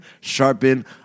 sharpen